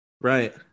Right